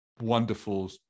wonderful